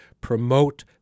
promote